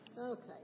Okay